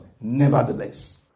Nevertheless